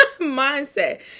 mindset